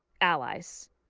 allies